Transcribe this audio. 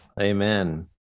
Amen